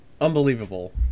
Unbelievable